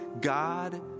God